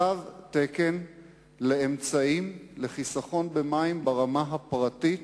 תו תקן לאמצעים לחיסכון במים ברמה הפרטית